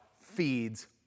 feeds